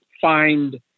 find